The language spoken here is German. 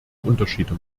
unterschiede